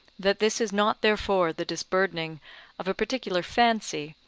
that this is not therefore the disburdening of a particular fancy,